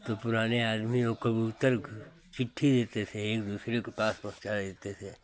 तो पुराने आदमी वो कबूतर को चिट्ठी लिखते थे एक दूसरे के पास पहुंचा देते थे